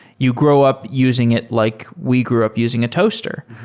you grow up using it like we grew up using a toaster.